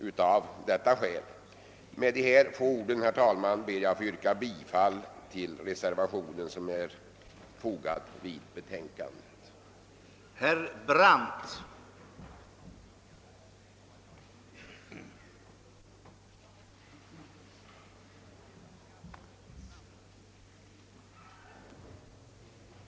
Med dessa få ord, herr talman, ber jag att få yrka bifall till den reservation som är fogad vid bevillningsutskottets betänkande.